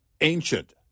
ancient